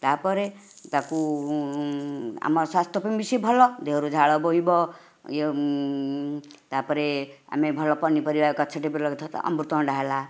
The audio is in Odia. ତାପରେ ତାକୁ ଆମ ସ୍ବାସ୍ଥ୍ୟ ପାଇଁ ବି ସିଏ ଭଲ ଦେହରୁ ଝାଳ ବୋହିବ ଇଏ ତା'ପରେ ଆମେ ଭଲ ପନିପରିବା ଅମୃତ ଭଣ୍ଡା ହେଲା